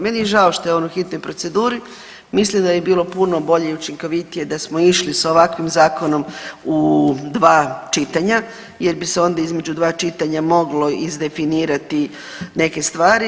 Meni je žao što je on u hitnoj proceduru, mislim da bi bilo puno bolje i učinkovitije da smo išli s ovakvim zakonom u dva čitanja jer bi se onda između dva čitanja moglo izdefinirati neke stvari.